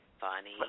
Funny